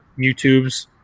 YouTubes